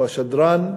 השדרן,